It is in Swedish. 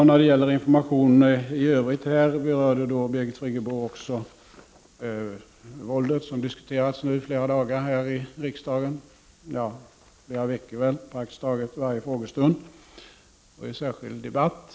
När det gäller informationen i övrigt berörde Birgit Friggebo våldet som har diskuterats i flera veckor här i riksdagen, i praktiskt taget varje frågestund och i en särskild debatt.